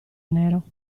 nero